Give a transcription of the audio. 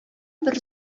бер